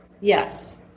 yes